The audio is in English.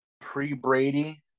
pre-Brady